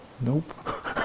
Nope